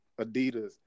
Adidas